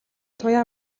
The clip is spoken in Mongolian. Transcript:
туяа